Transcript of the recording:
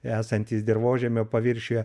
esantys dirvožemio paviršiuje